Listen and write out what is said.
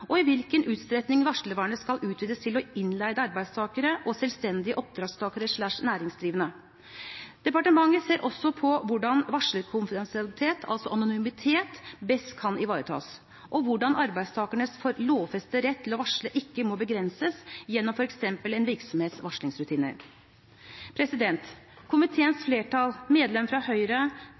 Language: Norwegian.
og om i hvilken utstrekning varslervernet skal utvides til innleide arbeidstakere og selvstendig oppdragstakere/næringsdrivende. Departementet ser også på hvordan varslerkonfidensialitet, dvs. anonymitet, best kan ivaretas, og hvordan arbeidstakernes lovfestede rett til å varsle ikke må begrenses gjennom f.eks. en virksomhets varslingsrutiner. Komiteens flertall, medlemmene fra Høyre,